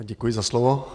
Děkuji za slovo.